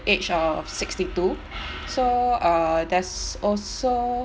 age of sixty two so uh there's also